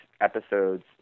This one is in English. episodes